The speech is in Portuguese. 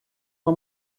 uma